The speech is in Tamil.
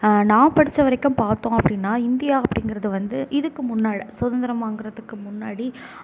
நான் படிச்சவரைக்கும் பார்த்தோம் அப்படின்னா இந்தியா அப்படிங்கிறது வந்து இதுக்கு முன்னா சுதந்திரம் வாங்குறதுக்கு முன்னாடி